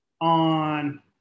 on